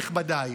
נכבדיי,